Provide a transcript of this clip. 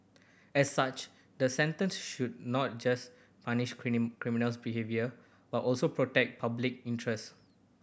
as such the sentence should not just punish criminals behaviour but also protect public interest